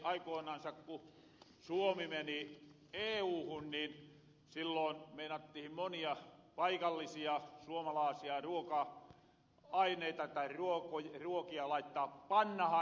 aikoinansa kun suomi meni euhun niin silloin meinattihin monia paikallisia suomalaasia ruoka aineita tai ruokia laittaa pannahan